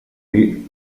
dir